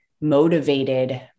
motivated